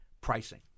pricing